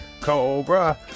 Cobra